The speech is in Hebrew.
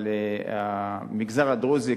אבל המגזר הדרוזי,